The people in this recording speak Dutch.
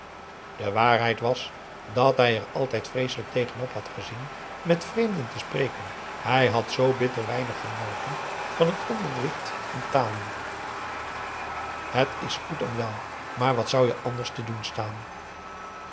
de waarheid was dat hij er altijd vreeselijk tegenop had gezien met vreemden te spreken hij had zoo bitter weinig genoten van het onderricht in talen het is goed en wel maar wat zou je anders te doen staan